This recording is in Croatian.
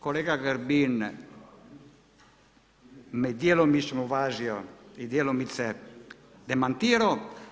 Kolega Grbin me djelomično uvažio i djelomice demantirao.